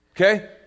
Okay